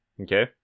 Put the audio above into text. Okay